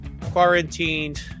quarantined